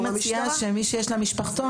אני מציעה שמי שיש לה משפחתון,